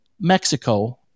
Mexico